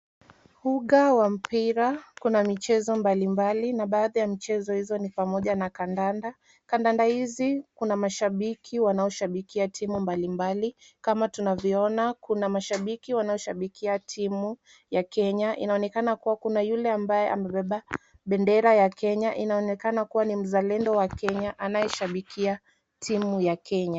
Uga wa mpira, kuna michezo mbalimbali na baadhi ya michezo hizo ni pamoja na kandanda. Kandanda hizi kuna mashabiki wanaoshabikia timu mbalimbali. Kama tunavyoona kuna mashabiki wanaoshabikia timu ya Kenya. Inaonekana kuwa kuna yule ambaye amebeba bendera ya Kenya, inaonekana kuwa ni mzalendo wa Kenya, anayeshabikia timu ya Kenya.